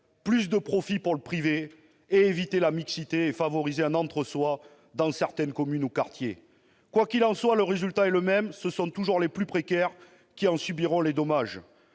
Plus de profits pour le privé, et un moyen d'éviter la mixité et de favoriser l'entre soi dans certaines communes ou certains quartiers. Quoi qu'il en soit, le résultat est le même : ce sont toujours les plus précaires qui en subiront les dommages.